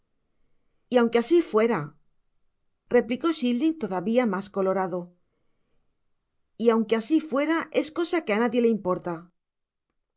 y aun qué asi fuera replicó chitling todavia mas colorado y aun que asi fuera es cosa que á nadie le importa